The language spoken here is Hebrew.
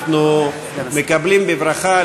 אנחנו מקבלים בברכה,